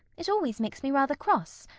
it always makes me rather cross.